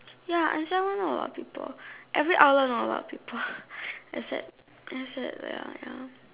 ya I see not a lot of people every outlet not a lot of people except except ya